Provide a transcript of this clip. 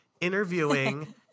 interviewing